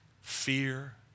Fear